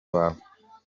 wawe